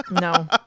No